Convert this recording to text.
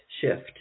shift